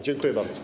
Dziękuję bardzo.